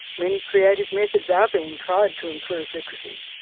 many creative methods are being tried to improve literacy.